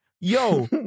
yo